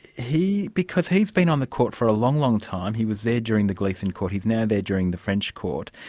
because he's been on the court for a long, long time, he was there during the gleeson court, he's now there during the french court,